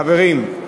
חברים,